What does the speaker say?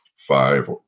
five